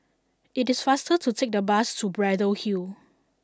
it is faster to take the bus to Braddell Hill